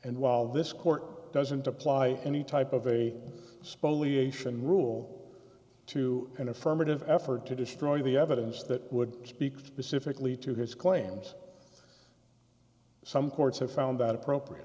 and while this court doesn't apply any type of very spotty ation rule to an affirmative effort to destroy the evidence that would speak specifically to his claims some courts have found that appropriate